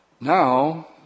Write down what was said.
now